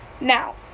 Now